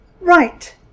Right